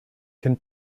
can